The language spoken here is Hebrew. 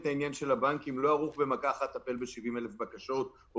העניין שגם הבנקים לא ערוך לטפל ב-70,000 בקשות במכה אחת,